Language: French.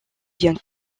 bien